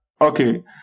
okay